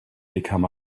become